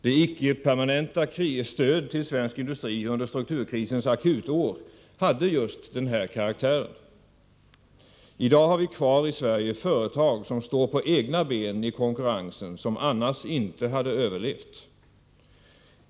Det icke-permanenta stödet till svensk industri under strukturkrisens akutår hade just den här karaktären. I dag har vi i Sverige kvar företag som står på egna ben i konkurrensen, som annars inte hade överlevt.